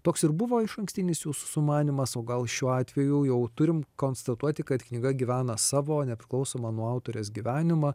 toks ir buvo išankstinis jūsų sumanymas o gal šiuo atveju jau turim konstatuoti kad knyga gyvena savo nepriklausomą nuo autorės gyvenimą